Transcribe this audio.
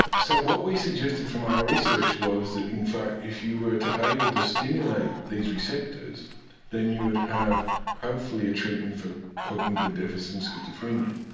so what we suggested from our research was that in fact if you were able to stimulate these receptors then you would have hopefully a treatment for cognitive deficit in schizophrenia.